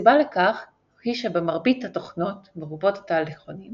הסיבה לכך היא שבמרבית התוכנות מרובות התהליכונים